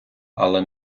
але